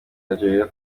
algeria